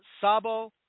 Sabo